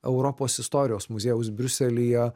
europos istorijos muziejaus briuselyje